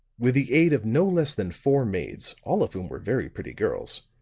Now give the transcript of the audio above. with the aid of no less than four maids, all of whom were very pretty girls,